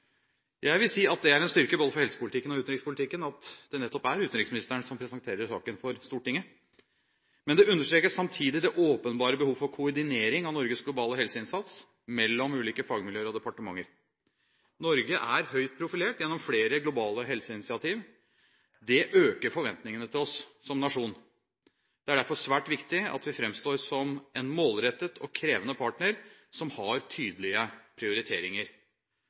Jeg vil si at det er en styrke både for helsepolitikken og utenrikspolitikken at det nettopp er utenriksministeren som presenterer saken for Stortinget. Men det understreker samtidig det åpenbare behovet for koordinering av Norges globale helseinnsats mellom ulike fagmiljøer og departementer. Norge er høyt profilert gjennom flere globale helseinitiativ. Det øker forventningene til oss som nasjon. Det er derfor svært viktig at vi framstår som en målrettet og krevende partner som har tydelige prioriteringer.